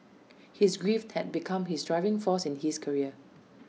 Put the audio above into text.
his grief had become his driving force in his career